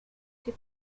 she